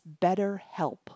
BetterHelp